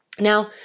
Now